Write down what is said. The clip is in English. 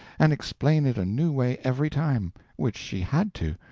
and explain it a new way every time which she had to,